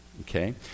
okay